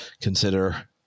consider